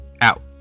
out